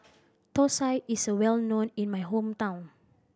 thosai is well known in my hometown